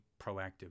proactive